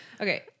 Okay